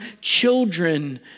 children